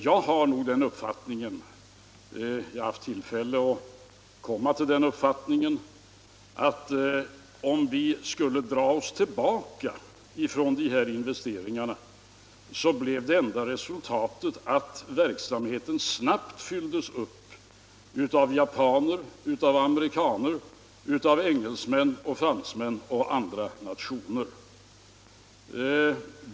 Jag har den uppfattningen — och jag har haft tillfälle att komma till den uppfattningen —- att om vi skulle dra oss tillbaka från sådana investeringar, skulle det enda resultatet bli att vår verksamhet där i stället snabbt fylldes upp av japaner, amerikaner, engelsmän, fransmän och folk från andra nationer.